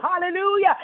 Hallelujah